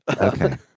Okay